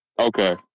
Okay